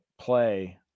play